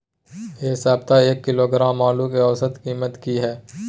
ऐ सप्ताह एक किलोग्राम आलू के औसत कीमत कि हय?